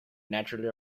naturally